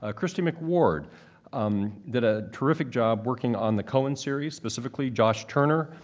ah christy mcward um did a terrific job working on the cohen series, specifically, josh turner,